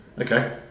Okay